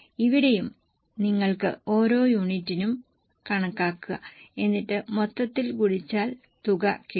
ഇവിടെയും നിങ്ങൾക്ക് ഓരോ യൂണിറ്റിനും കണക്കാക്കുക എന്നിട്ട് മൊത്തത്തിൽ ഗുണിച്ചാൽ തുക കിട്ടും